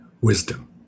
wisdom